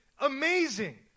amazing